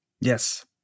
yes